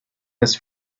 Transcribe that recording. this